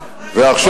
ועכשיו,